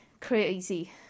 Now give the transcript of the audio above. crazy